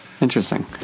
Interesting